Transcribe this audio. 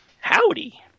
howdy